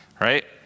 right